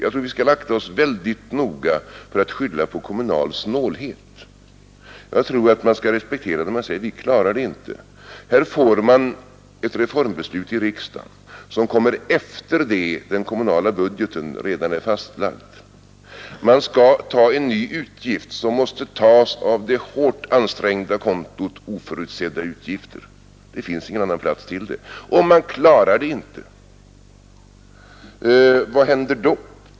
Jag tror att vi skall vakta oss mycket noga för att skylla på kommunal snålhet. Jag tror att vi skall respektera när kommunerna säger: Vi klarar det inte. Man får genom ett reformbeslut i riksdagen, som fattats efter det att den kommunala budgeten är fastlagd, en ny utgift, som måste tas från det hårt ansträngda kontot ”oförutsedda utgifter” — det finns ingen annan plats för det — och man klarar det inte. Vad händer då?